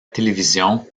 télévision